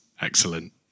Excellent